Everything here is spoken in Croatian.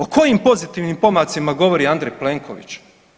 O kojim pozitivnim pomacima govori Andrej Plenković?